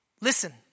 Listen